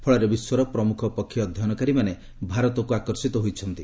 ଫଳରେ ବିଶ୍ୱର ପ୍ରମୁଖ ପକ୍ଷୀ ଅଧ୍ୟନକାରୀମାନେ ଭାରତକୁ ଆକର୍ଷିତ ହୋଇଛନ୍ତି